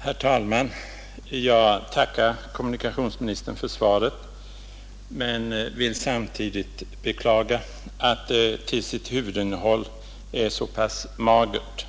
Herr talman! Jag tackar kommunikationsministern för svaret men vill samtidigt beklaga att det till sitt huvudinnehåll är så pass magert.